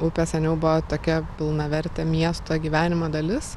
upė seniau buvo tokia pilnavertė miesto gyvenimo dalis